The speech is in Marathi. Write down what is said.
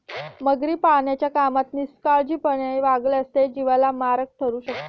मगरी पाळण्याच्या कामात निष्काळजीपणाने वागल्यास ते जीवाला मारक ठरू शकते